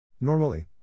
Normally